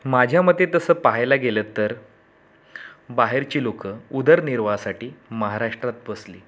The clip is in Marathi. माझ्या मते तसं पाहायला गेलं तर बाहेरची लोकं उदर्निर्वाहासाठी महाराष्ट्रात पसली